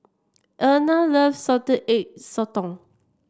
Erna loves Salted Egg Sotong